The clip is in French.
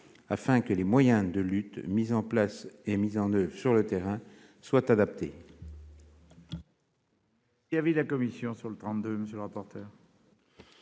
afin que les moyens de lutte mis en oeuvre sur le terrain soient adaptés.